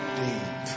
deep